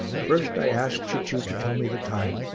first i asked cicciu to tell me the time.